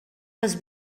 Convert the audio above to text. les